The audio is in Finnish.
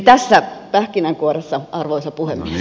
tässä pähkinänkuoressa arvoisa puhemies